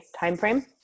timeframe